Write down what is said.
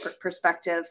perspective